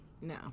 No